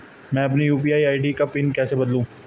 मैं अपनी UPI ID का पिन कैसे बदलूं?